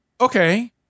Okay